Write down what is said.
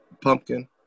pumpkin